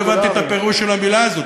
לא הבנתי את הפירוש של המילה הזאת,